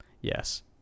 Yes